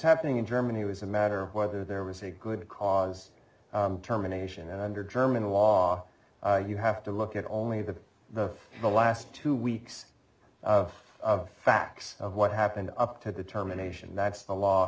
happening in germany was a matter of whether there was a good cause terminations and under german law you have to look at only the the the last two weeks of of facts of what happened up to determination that's the law